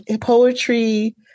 poetry